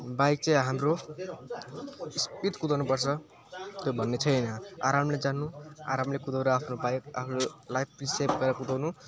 bike चाहिँ हाम्रो speed कुदाउनुपर्छ त्यो भन्ने चाहिँ हैन आरामले जानु आरामले कुदाएर आफ्नो बाइक आफ्नो लाइफ चाहिँ सेफ भएर कुदाउनु